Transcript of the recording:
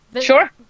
sure